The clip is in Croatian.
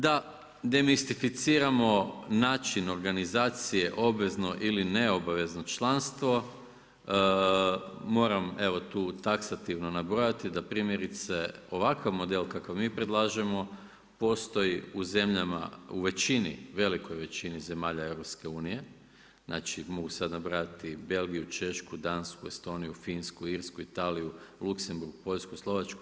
Da demistificiramo način organizacije obvezno ili neobavezno članstvo moram evo tu taksativno nabrojati da primjerice ovakav model kakav mi predlažemo postoji u zemljama u većini, velikoj većini zemalja Europske unije, znači mogu sad nabrajati Belgiju, Češku, Dansku, Estoniju, Finsku, Irsku, Italiju, Luksemburg, Poljsku, Slovačku.